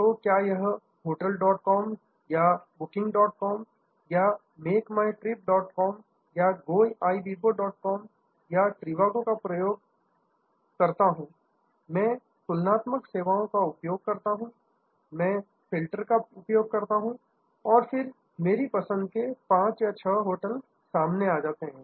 तो क्या यह hotelcom या bookingcom है या make my trip dot com या Goibibo dot com मे ट्रिवागो का प्रयोग करता हूं मैं तुलनात्मक सेवाओं का उपयोग करता हूं मैं फिल्टर का उपयोग करता हूं और फिर मेरी पसंद के पांच या छह होटल सामने आ जाते हैं